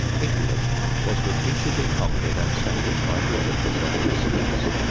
england was repeatedly conquered and settled by brigands and misfits.